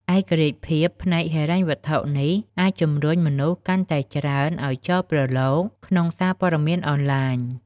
ឯករាជ្យភាពផ្នែកហិរញ្ញវត្ថុនេះអាចជំរុញមនុស្សកាន់តែច្រើនឱ្យចូលប្រឡូកក្នុងសារព័ត៌មានអនឡាញ។